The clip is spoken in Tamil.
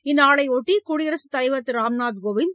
இந்நாளையொட்டி குடியரசுத் தலைவர் திரு ராம்நாத் கோவிந்த்